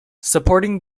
supporting